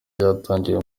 ryatangiriye